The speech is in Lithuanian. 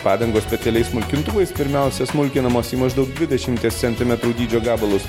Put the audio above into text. padangos specialiais smulkintuvais pirmiausia smulkinamos į maždaug dvidešimties centimetrų dydžio gabalus